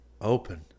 Open